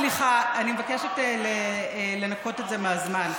סליחה, אני מבקשת לנכות את זה מהזמן.